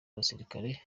abasirikare